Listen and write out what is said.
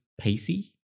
Pacey